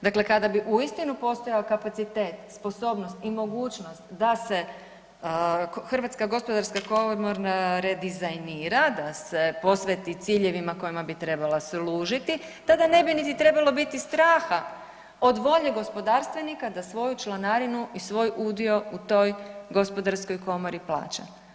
Dakle, kada bi uistinu postojao kapacitet sposobnost i mogućnost da se Hrvatska gospodarska komora redizajnira, da se posveti ciljevima kojima bi trebala služiti tada ne bi niti trebalo biti straha od volje gospodarstvenika da svoju članarinu i svoj udio u toj gospodarskoj komori plaća.